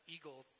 Eagle